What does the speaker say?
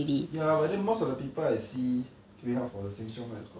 ya but then most of the people I see queueing up for the sheng siong